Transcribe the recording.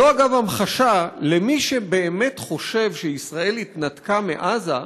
זו אגב המחשה למי שבאמת חושב שישראל התנתקה מעזה,